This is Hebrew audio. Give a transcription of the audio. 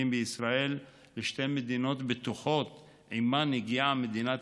מישראל לשתי מדינות בטוחות שעימן הגיעה מדינת